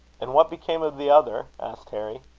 and what became of the other? asked harry.